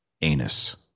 anus